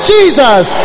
Jesus